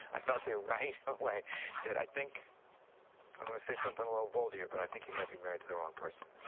i felt it right away that i think i'm gonna say something a little bold here. but i think you might be married to the wrong person.